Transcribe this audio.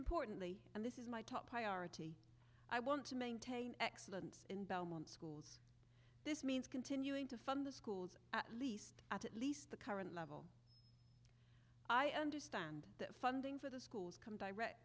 importantly and this is my top priority i want to maintain excellence in belmont school this means continuing to fund the schools at least at least the current level i understand that funding for the schools come direct